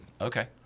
Okay